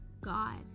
God